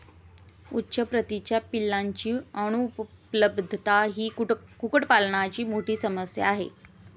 उच्च प्रतीच्या पिलांची अनुपलब्धता ही कुक्कुटपालनाची मोठी समस्या आहे